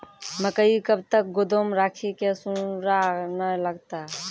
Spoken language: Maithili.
मकई कब तक गोदाम राखि की सूड़ा न लगता?